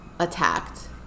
attacked